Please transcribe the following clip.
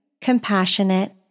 compassionate